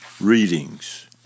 readings